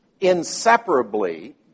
inseparably